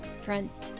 friends